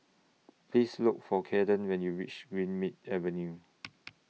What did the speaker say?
Please Look For Kaeden when YOU REACH Greenmead Avenue